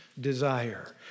desire